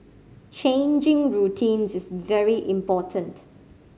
changing routines is very important